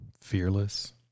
fearless